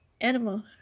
animal